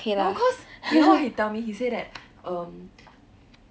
no cause you know what he tell me he say that um